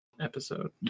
episode